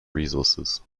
resources